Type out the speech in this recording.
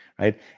right